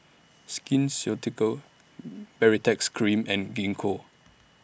Skin Ceuticals Baritex Cream and Gingko